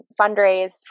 fundraise